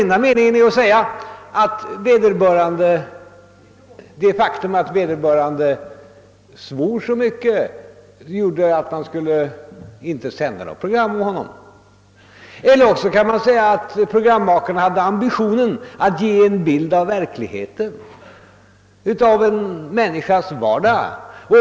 Den ena meningen är, att det faktum att vederbörande svor så förfärligt gjorde att något program med honom inte hade bort sändas, men enligt den andra meningen kan man säga att programmakarna hade ambitionen att ge en bild av verkligheten, av en människas vardag.